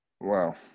Wow